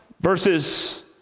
Verses